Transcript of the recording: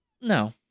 No